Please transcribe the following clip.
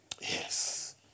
Yes